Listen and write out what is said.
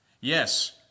Yes